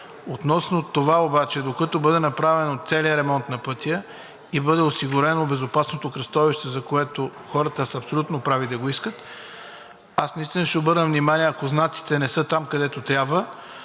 Относно това обаче, докато бъде направен целият ремонт на пътя и бъде осигурено безопасното кръстовище, за което хората са абсолютно прави да го искат, аз наистина ще обърна внимание, ако знаците не са там, където трябва,